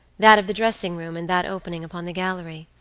that of the dressing room, and that opening upon the gallery.